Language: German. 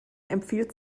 empfiehlt